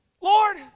Lord